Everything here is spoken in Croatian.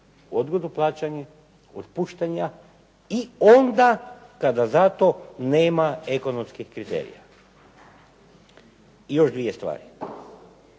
odgodu plaćanja, otpuštanja i onda kada za to nema ekonomskih kriterija. Još dvije stvari.